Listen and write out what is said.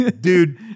Dude